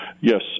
Yes